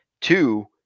Two